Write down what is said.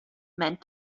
meant